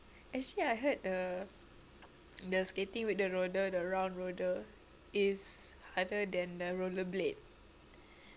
actually I heard the the skating with the roda the round roda is harder than the rollerblade